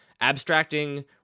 abstracting